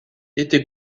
été